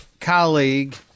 colleague